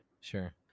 Sure